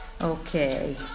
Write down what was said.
Okay